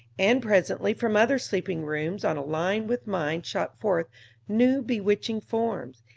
and presently from other sleeping-rooms on a line with mine shot forth new bewitching forms,